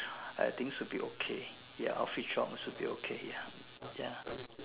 I think should be okay ya office job should be okay ya ya